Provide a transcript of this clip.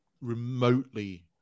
remotely